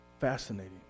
fascinating